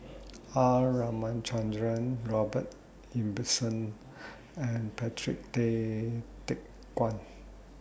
R Ramachandran Robert Ibbetson and Patrick Tay Teck Guan